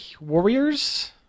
Warriors